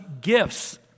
gifts